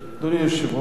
אדוני היושב-ראש,